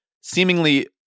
seemingly